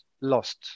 lost